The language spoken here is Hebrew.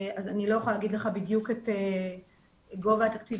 אז אני לא יכולה להגיד לך בדיוק את גובה התקציב